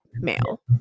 Male